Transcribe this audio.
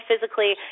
physically